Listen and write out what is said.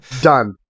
done